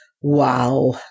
Wow